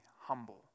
humble